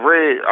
Red